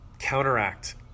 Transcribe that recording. Counteract